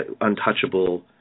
untouchable